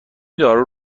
دارو